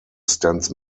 stands